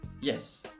Yes